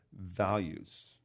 values